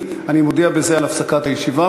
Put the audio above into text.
אני מודיע בזה על הפסקת הישיבה,